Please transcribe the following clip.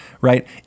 Right